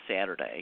Saturday